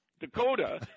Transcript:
Dakota